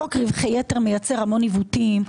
שחוק רווחי יתר מייצר המון עיוותים.